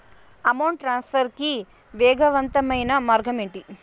amount transfer కి వేగవంతమైన మార్గం ఏంటి